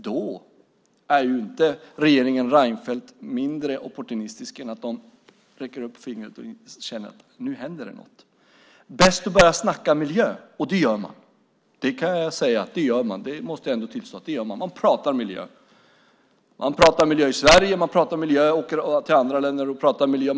Då är inte regeringen Reinfeldt mindre opportunistisk än att de håller upp fingret och känner att nu händer något. Bäst att börja snacka miljö! Och det gör man. Det måste jag ändå tillstå att man gör. Man pratar miljö. Man pratar miljö i Sverige, man åker till andra länder och pratar miljö.